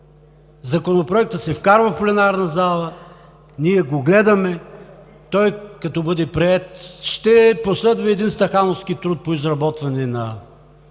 Законопроектът се внася в пленарната зала и ние го гледаме, а като бъде приет, ще последва един стахановски труд по изработване на